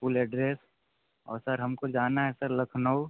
full address और sir हम को जाना है सर लखनऊ